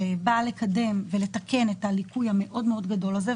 שבאה לקדם ולתקן את הליקוי המאוד-גדול הזה.